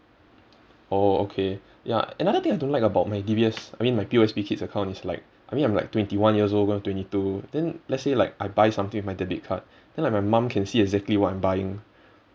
oh okay ya another thing I don't like about my D_B_S I mean my P_O_S_B kids account is like I mean I'm like twenty one years old going twenty two then let's say like I buy something with my debit card then like my mum can see exactly what I'm buying